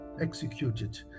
executed